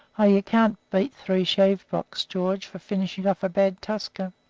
oh, you can't beat three sheave-blocks, george, for finishing off a bad tusker.